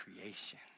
creation